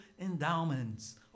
endowments